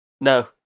No